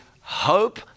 Hope